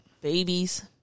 babies